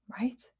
right